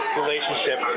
relationship